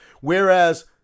Whereas